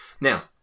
Now